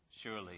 Surely